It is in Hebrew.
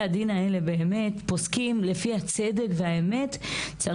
הדין האלה באמת פוסקים לפי הצד והאמת,